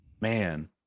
man